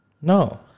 No